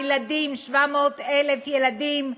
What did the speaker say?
הילדים, 700,000 ילדים?